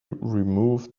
removed